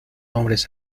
hombres